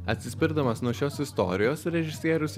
atsispirdamas nuo šios istorijos režisierius